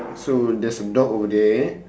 so that's a dog over there